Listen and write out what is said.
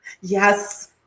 Yes